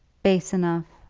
base enough,